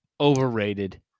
overrated